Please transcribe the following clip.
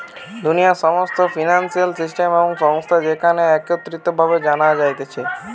দুনিয়ার সমস্ত financial system এবং সংস্থা যেখানে একত্রিত ভাবে জানা যাতিছে